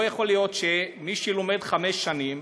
לא יכול להיות שמי שלומד חמש שנים,